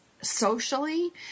socially